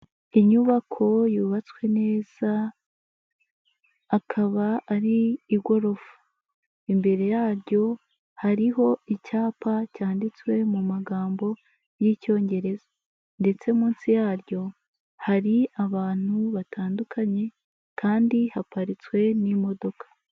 Inyubako yubatswe neza, akaba ari igorofa, imbere yaryo hariho icyapa cyanditswe mu magambo y'icyongereza ndetse munsi yaryo hari abantu batandukanye kandi haparitswe n'imodoka.